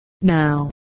Now